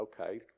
okay